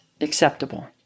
acceptable